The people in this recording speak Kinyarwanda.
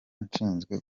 nshinzwe